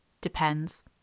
Depends